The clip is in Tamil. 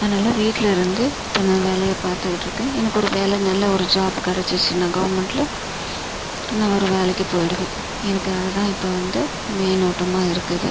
அதனால் வீட்டில் இருந்து இப்போது நான் வேலையை பார்த்துக்கிட்ருக்கேன் எனக்கு ஒரு வேலை நல்ல ஒரு ஜாப் கிடச்சிச்சினா கவர்மெண்ட்டில் நான் ஒரு வேலைக்கு போய்டுவேன் எனக்கு அதுதான் இப்போ வந்து மெயின் ஓட்டமாக இருக்குது